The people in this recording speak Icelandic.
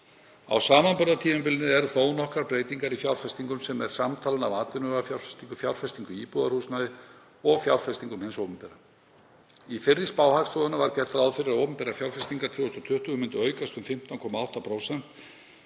Á samanburðartímabilinu eru þó nokkrar breytingar í fjárfestingum, sem er samtalan af atvinnuvegafjárfestingu, fjárfestingu í íbúðarhúsnæði og fjárfestingum hins opinbera. Í fyrri spá Hagstofunnar var gert ráð fyrir að opinberar fjárfestingar 2020 myndu aukast um 15,8%